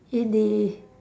in the